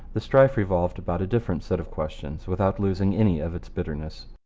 the strife revolved about a different set of questions without losing any of its bitterness.